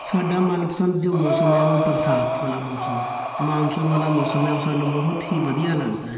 ਸਾਡਾ ਮਨਪਸੰਦ ਜੋ ਮੌਸਮ ਹੈ ਉਹ ਬਰਸਾਤ ਵਾਲਾ ਮੌਸਮ ਹੈ ਮਾਨਸੂਨ ਵਾਲਾ ਮੌਸਮ ਹੈ ਉਹ ਸਾਨੂੰ ਬਹੁਤ ਹੀ ਵਧੀਆ ਲੱਗਦਾ ਹੈ